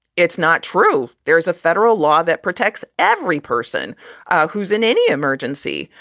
it's not true. there is a federal law that protects every person who's in any emergency.